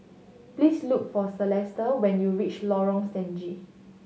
please look for Celesta when you reach Lorong Stangee